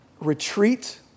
retreat